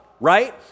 right